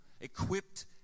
equipped